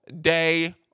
day